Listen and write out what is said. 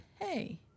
hey